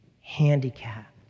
handicapped